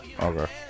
Okay